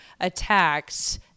attacks